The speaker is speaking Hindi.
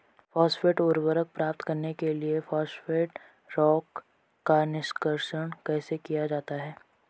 फॉस्फेट उर्वरक प्राप्त करने के लिए फॉस्फेट रॉक का निष्कर्षण कैसे किया जाता है?